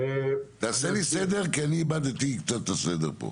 תעשה לי סדר, כי אני איבדתי קצת את הסדר פה.